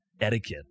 etiquette